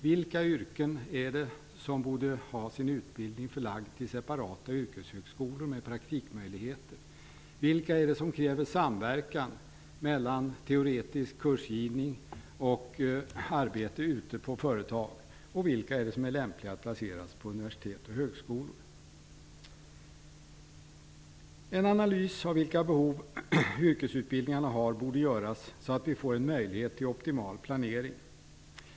Vilka yrken är det som borde ha sin utbildning förlagd till separata yrkeshögskolor med praktikmöjligheter, vilka är det som kräver samverkan mellan teoretisk kursgivning och arbete ute på företag och vilka är det som är lämpliga att placeras på universitet och högskolor? En analys av vilka behov yrkesutbildningarna har borde göras så att vi får en möjlighet till optimal planering.